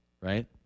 Right